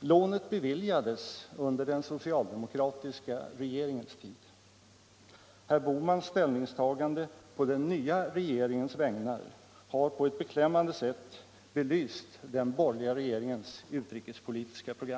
Lånet beviljades under den socialdemokratiska regeringens tid. Herr Bohmans ställningstagande på den nya regeringens vägnar har på ett beklämmande sätt belyst den borgerliga regeringens utrikespolitiska program.